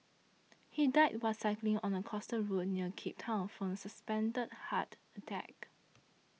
he died while cycling on a coastal road near Cape Town from a suspected heart attack